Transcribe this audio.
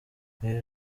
iyi